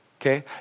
okay